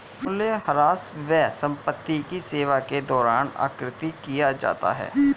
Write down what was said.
मूल्यह्रास व्यय संपत्ति की सेवा के दौरान आकृति किया जाता है